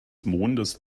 mondes